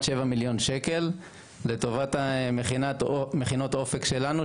7 מיליון שקלים לטובת מכינות אופק שלנו,